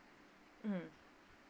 mm